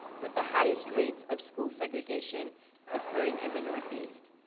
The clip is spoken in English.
with the highest rates of school segregation occurring in the northeast.